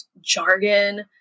jargon